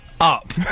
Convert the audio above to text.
up